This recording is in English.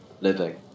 living